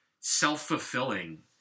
self-fulfilling